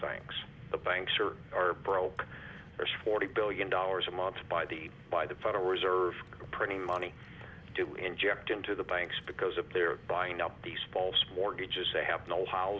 things the banks are are broke there's forty billion dollars a month by the by the federal reserve printing money to inject into the banks because if they're buying up these false mortgages they have